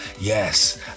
Yes